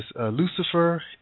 Lucifer